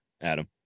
Adam